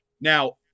Now